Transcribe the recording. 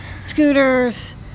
scooters